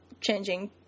changing